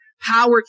power